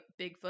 bigfoot